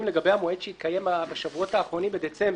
לגבי המועד שהתקיים בשבועות האחרונים בדצמבר.